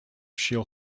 she’ll